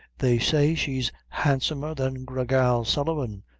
they say she's handsomer than gra gal sullivan,